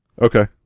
Okay